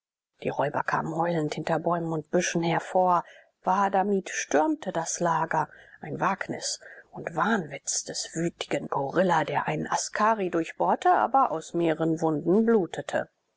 die räuber kamen heulend hinter bäumen und büschen hervor wahadamib stürmte das lager ein wagnis und wahnwitz des wütigen gorilla der einen askari durchbohrte aber aus mehreren wunden blutete